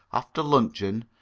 after luncheon,